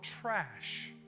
trash